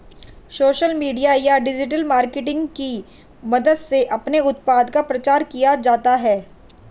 social media या digital marketing की मदद से अपने उत्पाद का प्रचार किया जाता है